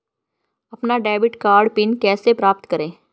अपना debit card PIN कैसे प्राप्त करें?